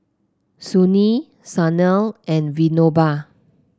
Sunil Sanal and Vinoba